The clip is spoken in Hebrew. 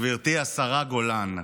גברתי השרה גולן,